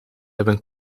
hebben